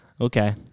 Okay